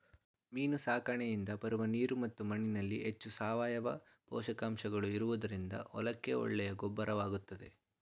ಮೀನು ಸಾಕಣೆಯಿಂದ ಬರುವ ನೀರು ಮತ್ತು ಮಣ್ಣಿನಲ್ಲಿ ಹೆಚ್ಚು ಸಾವಯವ ಪೋಷಕಾಂಶಗಳು ಇರುವುದರಿಂದ ಹೊಲಕ್ಕೆ ಒಳ್ಳೆಯ ಗೊಬ್ಬರವಾಗುತ್ತದೆ